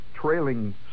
trailing